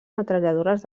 metralladores